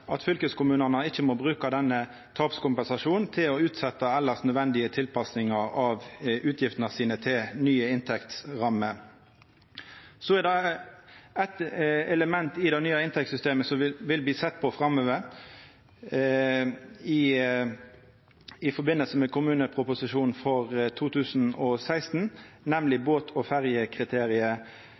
at fylkeskommunane ikkje må bruka denne tapskompensasjonen til å utsetja elles nødvendige tilpassingar av utgiftene sine til nye inntektsrammer. Det er eitt element i det nye inntektssystemet som vil bli sett på framover i samanheng med kommuneproposisjonen for 2016, nemleg båt- og